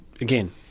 Again